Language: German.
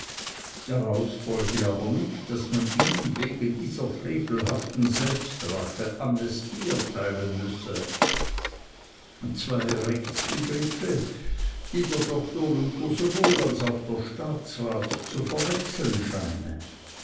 daraus aber folge nicht daß man ihm wegen dieser frevelhaften selbstrache amnestie erteilen müsse zwei rechtsbegriffe die der doktor luther sowohl als auch der staatsrat zu verwechseln scheine